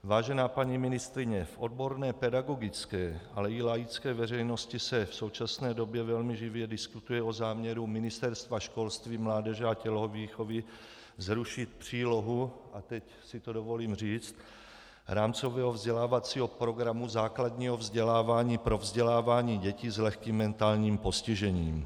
Vážená paní ministryně, v odborné pedagogické, ale i laické veřejnosti se v současné době velmi živě diskutuje o záměru Ministerstva školství, mládeže a tělovýchovy zrušit přílohu a teď si to dovolím říct Rámcového vzdělávacího programu základního vzdělávání pro vzdělávání dětí s lehkým mentálním postižením.